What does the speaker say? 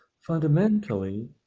fundamentally